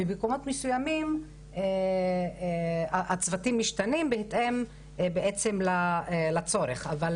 במקומות מסויימים הצוותים משתנים בהתאם לצורך, אבל